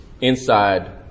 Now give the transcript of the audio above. inside